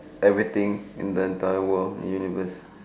everything in the entire world in the universe